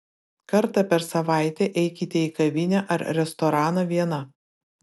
kartą per savaitę eikite į kavinę ar restoraną viena